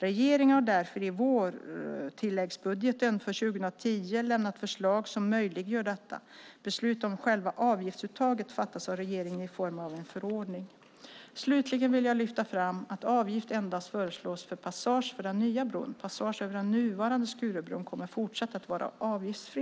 Regeringen har därför i vårtilläggsbudgeten för 2010 lämnat förslag som möjliggör detta. Beslut om själva avgiftsuttaget fattas av regeringen i form av en förordning. Slutligen vill jag lyfta fram att avgift endast föreslås för passage över den nya bron. Passage över den nuvarande Skurubron kommer fortsatt att vara avgiftsfri.